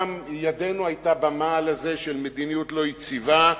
וגם ידנו היתה במעל הזה של מדיניות לא יציבה.